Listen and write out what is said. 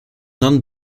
non